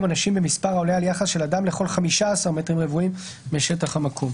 אנשים במספר העולה על יחס של אדם לכל 15 מטרים רבועים משטח המקום".